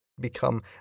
become